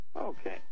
okay